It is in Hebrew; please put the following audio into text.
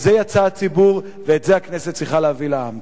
על זה יצא הציבור ואת זה הכנסת צריכה להביא לעם.